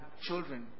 children